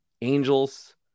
angels